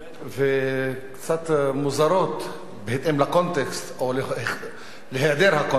וקצת מוזרות, בהתאם לקונטקסט, או להיעדר הקונטקסט,